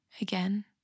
Again